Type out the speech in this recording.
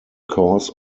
cause